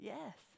Yes